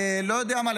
לא יודע מה,